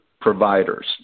providers